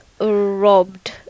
robbed